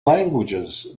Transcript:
languages